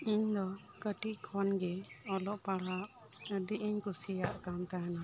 ᱤᱧ ᱫᱚ ᱠᱟ ᱴᱤᱡ ᱠᱷᱚᱱ ᱜᱮ ᱚᱞᱚᱜ ᱯᱟᱲᱦᱟᱣ ᱟᱹᱰᱤ ᱤᱧ ᱠᱩᱥᱤᱭᱟᱜ ᱠᱟᱱ ᱛᱟᱦᱮᱱᱟ